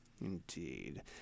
Indeed